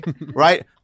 right